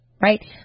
right